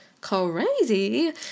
crazy